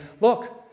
look